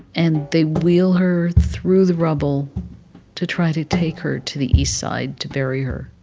and they wheel her through the rubble to try to take her to the east side to bury her,